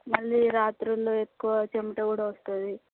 మళ్ళీ రాత్రుళ్ళు ఎక్కువ చెమట కూడా వస్తుంది